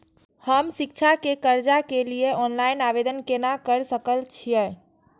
हम शिक्षा के कर्जा के लिय ऑनलाइन आवेदन केना कर सकल छियै?